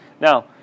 now